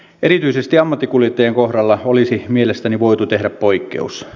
erityisesti ammattikuljettajien kohdalla olisi mielestäni voitu tehdä poikkeus